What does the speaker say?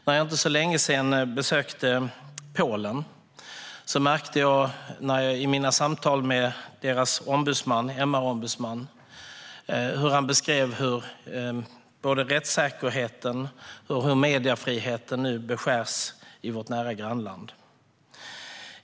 För inte så länge sedan besökte jag Polen. Jag hade samtal med deras MR-ombudsman. Han beskrev hur både rättssäkerheten och mediefriheten nu beskärs i vårt nära grannland.